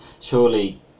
surely